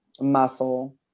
muscle